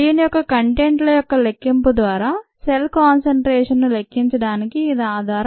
దీని యొక్క కంటెంట్ ల యొక్క లెక్కింపు ద్వారా సెల్ కాన్సెన్ట్రేషన్ ను లెక్కించడానికి ఇది ఆధారం